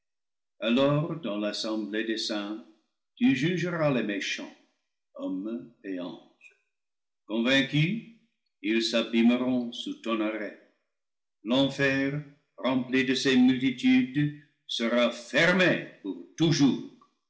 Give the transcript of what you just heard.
alors dans l'assemblée des saints tu jugeras les mé chants hommes et anges convaincus ils s'abîmeront sous ton arrêt l'enfer rempli dé ses multitudes sera ferme pour toujours